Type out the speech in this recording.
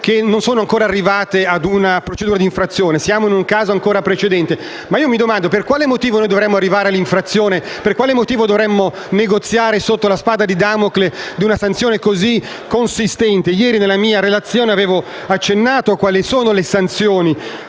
che non sono ancora arrivate a una procedura di infrazione e che siamo in un caso ancora precedente. Mi domando, però, per quale motivo dovremmo arrivare all'infrazione e per quale motivo dovremmo negoziare sotto la spada di Damocle di una sanzione così consistente. Ieri, nella mia relazione avevo accennato a quali sono le sanzioni,